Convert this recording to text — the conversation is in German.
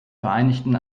vereinigten